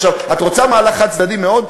עכשיו, את רוצה מהלך חד-צדדי מאוד?